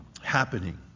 happening